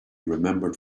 remembered